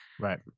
Right